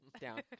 down